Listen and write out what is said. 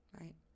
Right